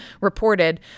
reported